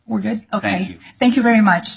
were good ok thank you very much